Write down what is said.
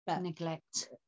Neglect